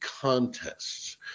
contests